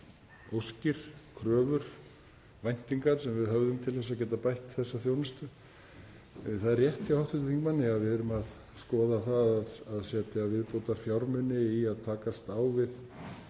óskir, kröfur, væntingar sem við höfum til að geta bætt þessa þjónustu. Það er rétt hjá hv. þingmanni að við erum að skoða það að setja viðbótarfjármuni í að takast á við